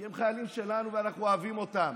כי הם חיילים שלנו ואנחנו אוהבים אותם.